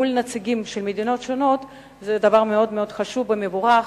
מול נציגים של מדינות שונות זה דבר מאוד חשוב ומבורך.